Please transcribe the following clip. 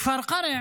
בכפר קרע